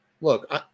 look